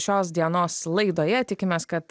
šios dienos laidoje tikimės kad